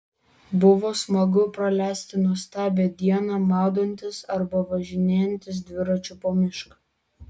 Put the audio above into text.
buvo smagu praleisti nuostabią dieną maudantis arba važinėjantis dviračiu po mišką